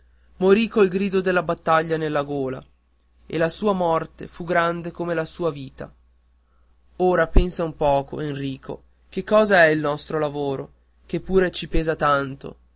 morì col grido della battaglia nella gola e la sua morte fu grande come la sua vita ora pensa un poco enrico che cosa è il nostro lavoro che pure ci pesa tanto